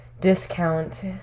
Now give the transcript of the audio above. discount